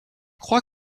crois